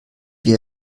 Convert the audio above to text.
wir